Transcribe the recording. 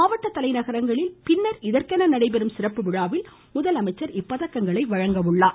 மாவட்ட தலைநகரங்களில் பின்னர் இதற்கென நடைபெறும் சிறப்பு விழாவில் முதலமைச்சர் வழங்க உள்ளார்